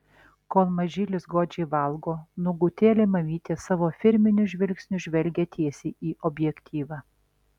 kol mažylis godžiai valgo nuogutėlė mamytė savo firminiu žvilgsniu žvelgia tiesiai į objektyvą